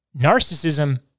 narcissism